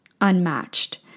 unmatched